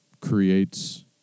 creates